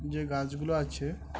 যে গাছগুলো আছে